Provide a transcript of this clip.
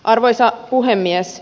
arvoisa puhemies